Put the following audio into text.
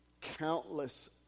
countless